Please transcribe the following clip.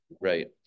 right